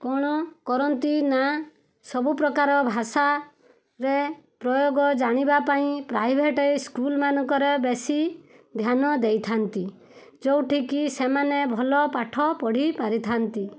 କ'ଣ କରନ୍ତିନା ସବୁପ୍ରକାର ଭାଷାରେ ପ୍ରୟୋଗ ଜାଣିବାପାଇଁ ପ୍ରାଇଭେଟ୍ ସ୍କୁଲ୍ମାନଙ୍କରେ ବେଶି ଧ୍ୟାନ ଦେଇଥାନ୍ତି ଯେଉଁଠିକି ସେମାନେ ଭଲପାଠ ପଢ଼ି ପାରିଥାନ୍ତି